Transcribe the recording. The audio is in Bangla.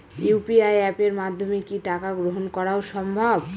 ইউ.পি.আই অ্যাপের মাধ্যমে কি টাকা গ্রহণ করাও সম্ভব?